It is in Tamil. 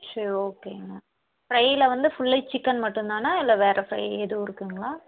சரி ஓகேங்க அம்மா ஃப்ரையில வந்து ஃபுல்லி சிக்கன் மட்டும் தானா இல்லை வேறு ஃப்ரை எதுவும் இருக்குங்களா